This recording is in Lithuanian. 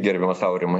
gerbiamas aurimai